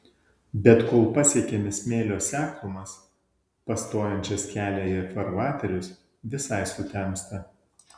bet kol pasiekiame smėlio seklumas pastojančias kelią į farvaterius visai sutemsta